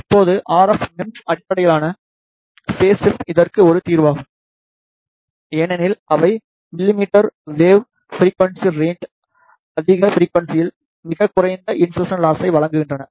இப்போது RF MEMS RF MEMS அடிப்படையிலான phase shift இதற்கு ஒரு தீர்வாகும் ஏனெனில் அவை மில்லிமீட்டர் வேவ் ஃபிரிக்வன்சி ரேன்ச் அதிக ஃபிரிக்வன்சியில் மிகக் குறைந்த இன்செர்சன் லாஸை வழங்குகின்றன